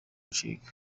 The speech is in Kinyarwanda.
nshinga